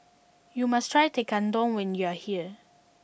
you must try Tekkadon when you are here